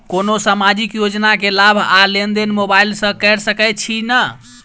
कोनो सामाजिक योजना केँ लाभ आ लेनदेन मोबाइल सँ कैर सकै छिःना?